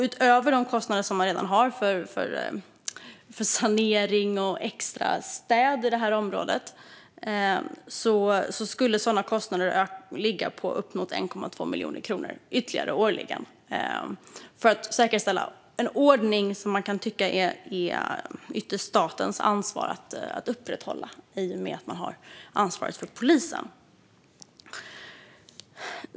Utöver de kostnader som kommunen redan har för sanering och extra städning av det här området skulle sådana kostnader ligga på upp mot 1,2 miljoner kronor ytterligare per år, detta för att säkerställa en ordning som ytterst kan tyckas vara statens ansvar att upprätthålla i och med att staten har ansvaret för polisen.